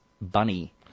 bunny